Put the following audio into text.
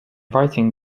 writing